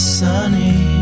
sunny